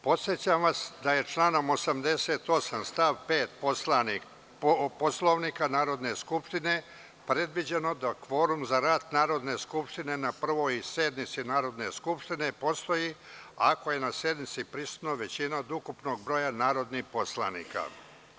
Podsećam vas da je članom 88. stav 5. Poslovnika Narodne skupštine predviđeno da kvorum za rad Narodne skupštine na Prvoj sednici Narodne skupštine postoji ako je na sednici prisutna većina od ukupnog broja narodnih poslanika.